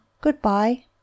Goodbye